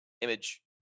image